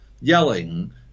yelling